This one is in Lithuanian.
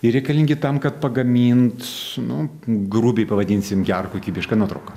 jie reikalingi tam kad pagamint nu grubiai pavadinsim gerą kokybišką nuotrauką